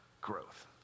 growth